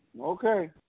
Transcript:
okay